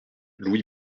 louis